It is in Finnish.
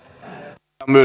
arvoisa